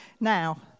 now